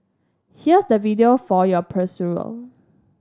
here's the video for your perusal